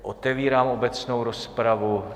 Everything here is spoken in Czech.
Otevírám obecnou rozpravu.